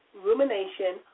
rumination